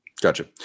Gotcha